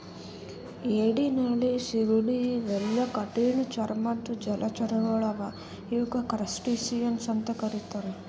ಏಡಿ ನಳ್ಳಿ ಸೀಗಡಿ ಇವೆಲ್ಲಾ ಕಠಿಣ್ ಚರ್ಮದ್ದ್ ಜಲಚರಗೊಳ್ ಅವಾ ಇವಕ್ಕ್ ಕ್ರಸ್ಟಸಿಯನ್ಸ್ ಅಂತಾ ಕರಿತಾರ್